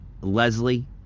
Leslie